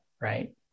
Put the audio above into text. right